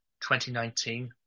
2019